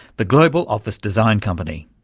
the global office design company.